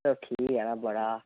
चलो ठीक ऐ तां बड़ा